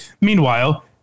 Meanwhile